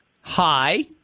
Hi